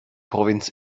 provinz